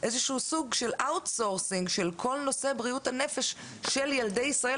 איזה שהוא סוג של מיקור חוץ של כל נושא בריאות הנפש של ילדי ישראל